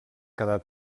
quedar